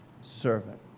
servant